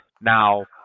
now